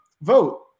Vote